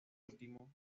último